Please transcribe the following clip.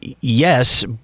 yes